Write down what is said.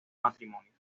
matrimonios